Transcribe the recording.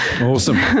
awesome